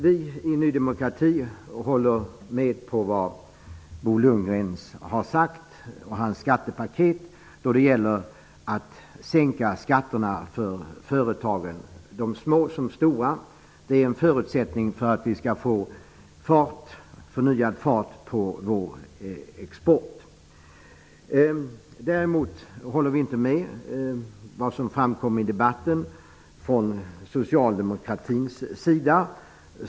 Vi i Ny demokrati instämmer i det Bo Lundgren har sagt om att sänka skatterna för företagen, de små såväl som de stora, vilket ingår i hans skattepaket. Det är en förutsättning för att vi skall få förnyad fart på vår export. Däremot håller vi inte med om det som framkom i debatten från socialdemokratins sida.